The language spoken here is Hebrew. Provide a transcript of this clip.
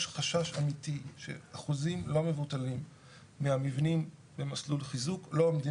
יש חשש אמיתי שאחוזים לא מבוטלים מהמבנים במסלול חיזוק לא עומדים